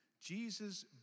Jesus